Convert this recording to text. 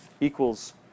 equals